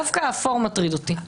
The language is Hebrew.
דווקא האפור מטריד אותי.